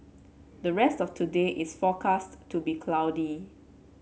the rest of today is forecast to be cloudy